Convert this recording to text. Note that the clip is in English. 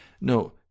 No